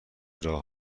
راه